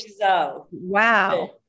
Wow